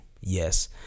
Yes